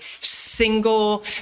single